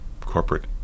corporate